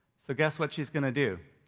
so guess what she's gonna do.